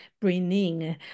bringing